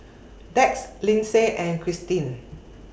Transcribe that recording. Dax Lyndsay and Christeen